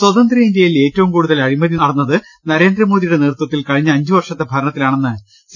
സ്വതന്ത്ര ഇന്ത്യയിൽ ഏറ്റവും കൂടുതൽ അഴിമതി നടന്നത് നരേന്ദ്ര മോദിയുടെ നേതൃത്വത്തിൽ കഴിഞ്ഞ അഞ്ച് വർഷത്തെ ഭരണത്തിലാ ണെന്ന് സി